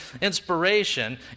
inspiration